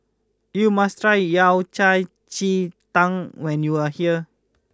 you must try Yao Cai Ji Tang when you are here